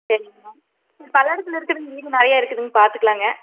சரிங்கம்மா பல்லடத்தில் இருக்குதுங்க வீடு நிறையா இருக்குதுங்க பார்த்துக்கலாங்க